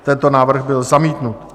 Tento návrh byl zamítnut.